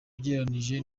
ugereranyije